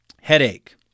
Headache